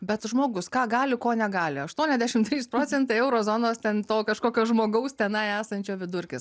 bet žmogus ką gali ko negali aštuoniasdešim trys procentai euro zonos ten to kažkokio žmogaus tenai esančio vidurkis